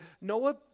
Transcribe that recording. Noah